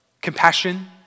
compassion